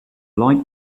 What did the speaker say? light